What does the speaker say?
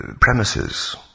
premises